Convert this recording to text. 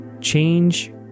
change